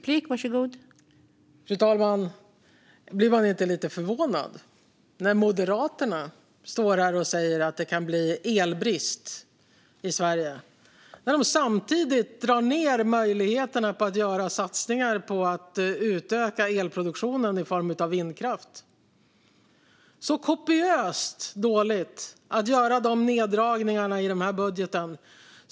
Fru talman! Blir man inte lite förvånad? Moderaterna står här och säger att det kan bli elbrist i Sverige. Samtidigt drar de ned möjligheterna att göra satsningar på att utöka elproduktionen i form av vindkraft. Det är så kopiöst dåligt att göra de neddragningarna i den här budgeten!